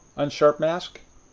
unsharp mask.